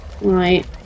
Right